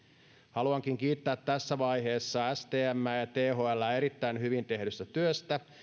haluankin kiittää tässä vaiheessa stmää ja thlää erittäin hyvin tehdystä työstä